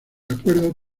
acuerdo